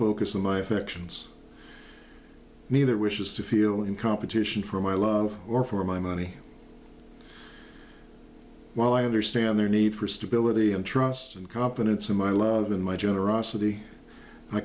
focus of my affections neither wishes to feel in competition for my love or for my money while i understand their need for stability and trust and competence in my love in my generosity i